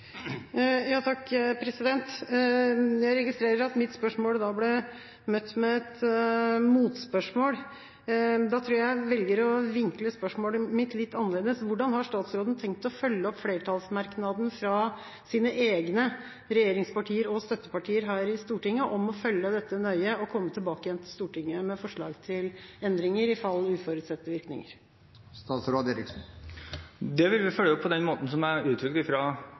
Jeg registrerer at mitt spørsmål ble møtt med et motspørsmål. Da tror jeg at jeg velger å vinkle spørsmålet mitt litt annerledes: Hvordan har statsråden tenkt å følge opp flertallsmerknaden fra sine egne regjeringspartier og støttepartier her i Stortinget om å følge dette nøye og komme tilbake til Stortinget med forslag til endringer i fall uforutsette virkninger? Det vil vi følge opp på den måten som jeg